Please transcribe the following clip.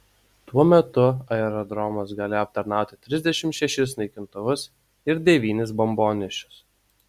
tuo metu aerodromas galėjo aptarnauti trisdešimt šešis naikintuvus ir devynis bombonešius